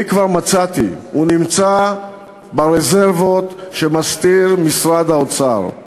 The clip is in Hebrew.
אני כבר מצאתי: הוא נמצא ברזרבות שמסתיר משרד האוצר.